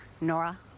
Nora